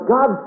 God